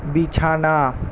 বিছানা